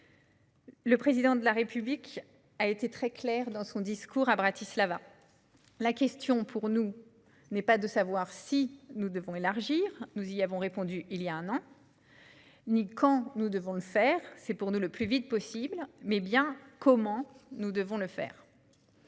Le Président de la République a été très clair à l'occasion de son discours à Bratislava : la question pour nous n'est pas de savoir si nous devons élargir l'UE- nous y avons répondu il y a un an -ni quand nous devons le faire- pour nous, le plus vite possible -, mais bien comment. Permettez-moi